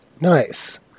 Nice